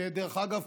דרך אגב,